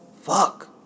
Fuck